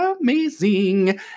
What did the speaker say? amazing